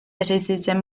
existitzen